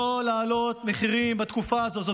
לא להעלות מחירים בתקופה הזאת.